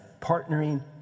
partnering